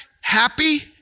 happy